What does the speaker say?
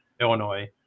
Illinois